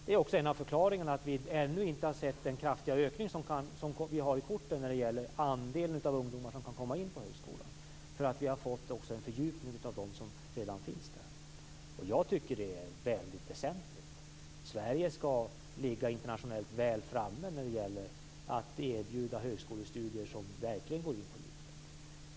En av förklaringarna till att vi ännu inte har sett den kraftiga ökning som vi har i porten när det gäller andelen ungdomar som kan komma in på högskolan är att vi också har fått en fördjupning bland dem som redan finns där. Jag tycker att det är mycket väsentligt. Sverige skall ligga internationellt väl framme när det gäller att erbjuda högskolestudier som verkligen går på djupet.